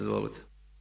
Izvolite.